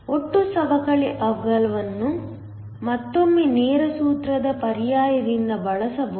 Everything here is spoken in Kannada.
ಒಟ್ಟು ಸವಕಳಿ ಅಗಲವನ್ನು ಮತ್ತೊಮ್ಮೆ ನೇರ ಸೂತ್ರದ ಪರ್ಯಾಯದಿಂದ ಬಳಸಲಾಗುತ್ತದೆ